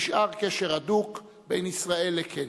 נשאר קשר הדוק בין ישראל לקניה.